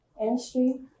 Industry